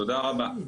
תודה רבה.